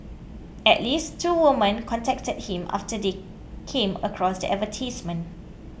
at least two women contacted him after they came across the advertisements